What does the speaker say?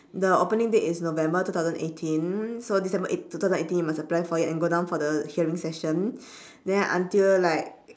the opening date is november two thousand eighteen so this december two thousand eighteen you must apply for it and go down for the sharing session then until like